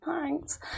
Thanks